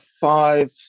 Five